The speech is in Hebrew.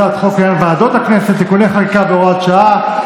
הצעת חוק לעניין ועדות הכנסת (תיקוני חקיקה והוראת שעה),